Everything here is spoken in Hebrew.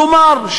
כלומר,